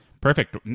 Perfect